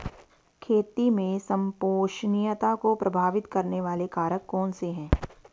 खेती में संपोषणीयता को प्रभावित करने वाले कारक कौन से हैं?